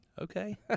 Okay